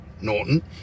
Norton